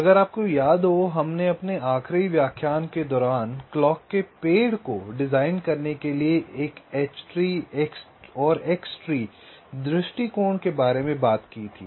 अगर आपको याद हो हमने अपने आखिरी व्याख्यान के दौरान क्लॉक के पेड़ को डिजाइन करने के लिए एच ट्री और एक्स ट्री दृष्टिकोण के बारे में बात की थी